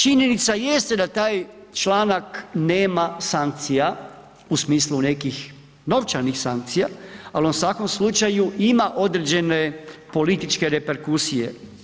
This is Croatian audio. Činjenica jeste da taj članak nema sankcija u smislu nekih novčanih sankcija, ali u svakom slučaju ima određene političke reperkusije.